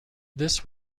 this